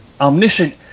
omniscient